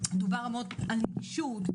דובר המון על נגישות,